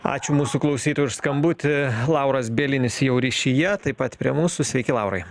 ačiū mūsų klausytojai už skambutį lauras bielinis jau ryšyje taip pat prie mūsų sveiki laurai